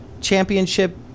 championship